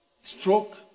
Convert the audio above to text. stroke